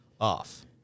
off